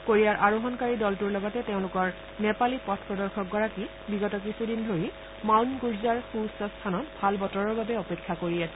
কোৰিয়াৰ আৰোহণকাৰী দলটোৰ লগতে তেওঁলোকৰ নেপালী পথ প্ৰদৰ্শক গৰাকী বিগত কিছুদিন ধৰি মাউণ্ড গুৰজাৰ সুউচ্ছ স্থানত ভাল বতৰৰ বাবে অপেক্ষা কৰি আছিল